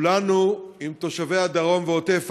חברי הכנסת, כולנו עם תושבי הדרום ועוטף עזה,